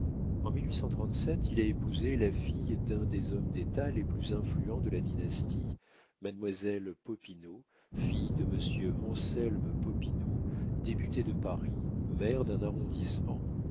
en il a épousé la fille d'un des hommes d'état les plus influents de la dynastie mademoiselle popinot fille de monsieur anselme popinot député de paris maire d'un arrondissement